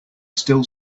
still